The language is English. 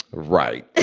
right